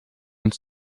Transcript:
uns